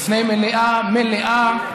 בפני מליאה מלאה.